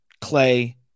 Clay